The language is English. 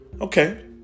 Okay